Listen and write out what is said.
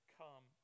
come